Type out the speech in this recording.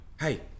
hey